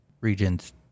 regions